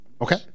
okay